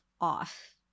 off